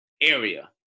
area